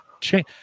change